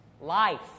life